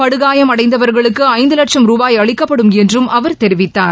படுகாயமடைந்தவர்களுக்குறந்து ரூபாய் அளிக்கப்படும் என்றும் அவர் தெரிவித்தார்